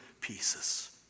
pieces